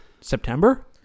September